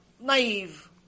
naive